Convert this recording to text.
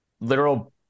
literal